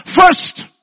First